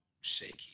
shaky